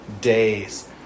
days